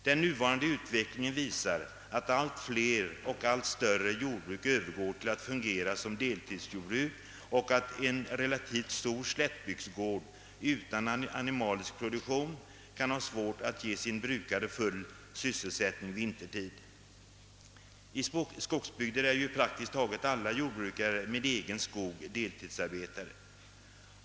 Den nuvarande utvecklingen visar att allt fler och allt större jordbruk övergår till att fungera som deltidsjordbruk och att en relativt stor slättbygdsgård utan animalisk produktion kan ha svårt att ge sin brukare full sysselsättning vintertid, I skogsbygder är ju praktiskt taget alla jordbrukare med egen skog deltidsarbetare.